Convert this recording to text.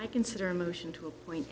i consider a motion to appoint